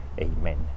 Amen